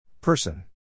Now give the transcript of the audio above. person